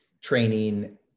Training